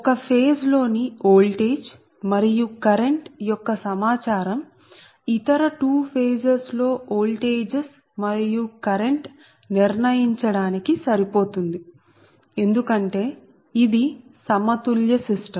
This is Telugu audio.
ఒక ఫేజ్ లో ని ఓల్టేజ్ మరియు కరెంట్ యొక్క సమాచారం ఇతర 2 ఫేజెస్ లో ఓల్టేజెస్ మరియు కరెంట్ నిర్ణయించడానికి సరిపోతుంది ఎందుకంటే ఇది సమతుల్య సిస్టమ్